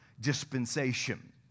dispensation